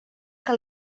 que